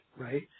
right